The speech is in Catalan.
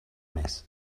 mes